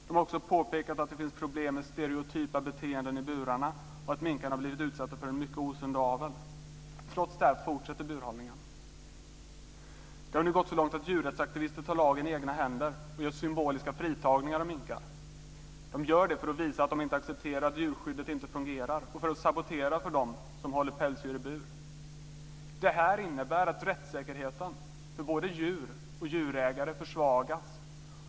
De har också påpekat att det finns problem med stereotypa beteenden i burarna och att minkarna har blivit utsatta för en mycket osund avel. Trots det fortsätter burhållningen. Det har nu gått så långt att djurrättsaktivister tar lagen i egna händer och gör symboliska fritagningar av minkar. De gör det för att visa att de inte accepterar att djurskyddet inte fungerar och för att sabotera för dem som håller pälsdjur i bur. Det här innebär att rättssäkerheten för både djur och djurägare försvagas.